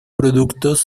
productos